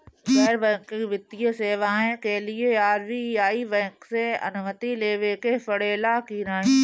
गैर बैंकिंग वित्तीय सेवाएं के लिए आर.बी.आई बैंक से अनुमती लेवे के पड़े ला की नाहीं?